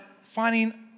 finding